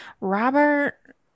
robert